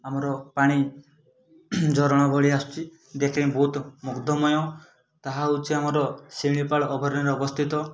ଆମର ପାଣି ଝରଣା ଭଳି ଆସୁଛି ଦେଖି ବହୁତ ମୁଗ୍ଧମୟ ତାହା ହଉଛି ଆମର ଶିମିଳିପାଳ ଅଭୟାରଣ୍ୟ ଅବସ୍ଥିତ